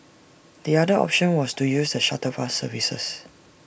the other option was to use the shuttle bus services